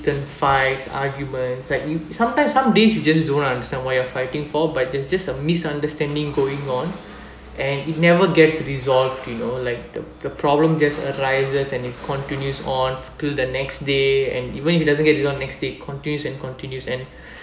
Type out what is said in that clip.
fights argument like sometimes some days you just don't understand why you are fighting for but it's just a misunderstanding going on and it never gets resolved you know like the the problem just arises and it continues on to the next day and even if it doesn't get resolved the next day continues and continues and